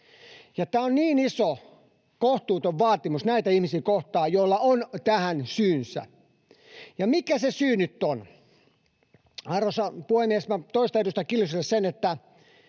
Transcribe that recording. Tämä on niin iso, kohtuuton vaatimus näitä ihmisiä kohtaan, joilla on tähän syynsä. Ja mikä se syy nyt on? Arvoisa puhemies! Minä toistan edustaja Kiljuselle sen, että